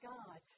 God